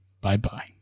Bye-bye